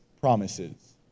promises